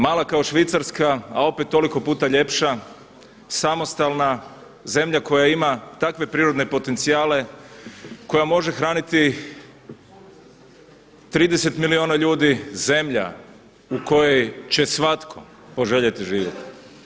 Mala kao Švicarska, a opet toliko puta ljepša, samostalna, zemlja koja ima takve prirodne potencijale koja može hraniti 30 milijuna ljudi, zemlja u kojoj će svatko poželjeti živjeti.